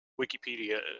Wikipedia